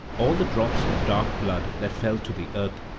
all the drops of dark blood that fell to the earth,